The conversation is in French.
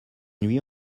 nuit